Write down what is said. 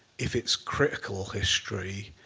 if it's critical history,